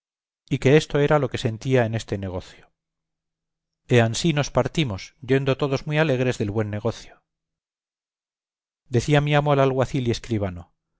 y que esto era lo que sentía en este negocio e ansí nos partimos yendo todos muy alegres del buen negocio decía mi amo al alguacil y escribano